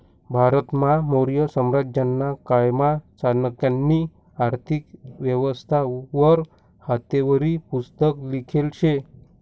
भारतमा मौर्य साम्राज्यना कायमा चाणक्यनी आर्थिक व्यवस्था वर हातेवरी पुस्तक लिखेल शे